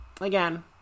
again